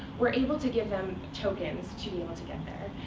we're able to give them tokens to be able to get there.